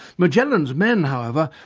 magellan's men, however,